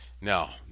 now